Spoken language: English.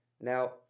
Now